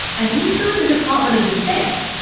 and inside the department of defence,